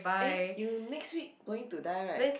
eh you next week going to die right